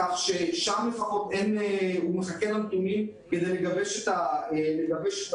כך שהוא מחכה לנתונים כדי לגבש את הדעה.